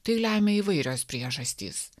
tai lemia įvairios priežastys